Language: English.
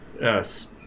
Yes